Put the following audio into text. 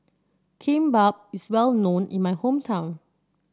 Kimbap is well known in my hometown